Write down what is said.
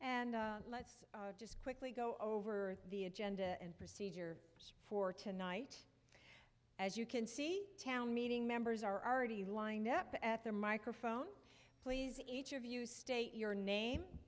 and let's quickly go over the agenda and procedure for tonight as you can see town meeting members are already lined up at the microphone please each of you state your name